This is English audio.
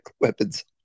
weapons